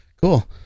Cool